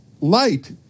light